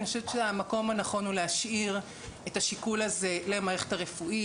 אני חושבת שהמקום הנכון הוא להשאיר את השיקול הזה למערכת הרפואית.